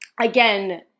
Again